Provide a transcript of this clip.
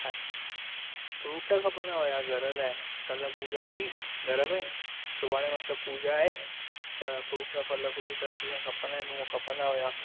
fruit खपंदा हुया घर लाइ कल्ह पूॼा हुई घर में सुभाणे मतिलबु पूॼा आहे त फ्रूट फल फ्रूट जीअं खपंदा आहिनि खपंदा हुआ